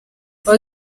wari